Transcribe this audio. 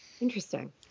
Interesting